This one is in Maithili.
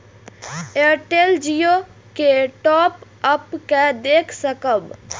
एयरटेल जियो के टॉप अप के देख सकब?